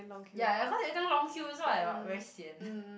ya ya cause everytime long queue so I like very sian